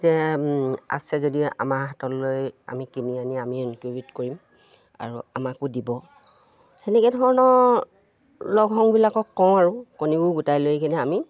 যে আছে যদি আমাৰ হাতলৈ আমি কিনি আনি আমি ইনকিউবেট কৰিম আৰু আমাকো দিব সেনেকৈ ধৰণৰ লগ সংগবিলাকক কওঁ আৰু কণীবোৰ গোটাই লৈ কিনে আমি